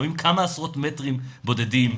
לפעמים כמה עשרות מטרים בודדים,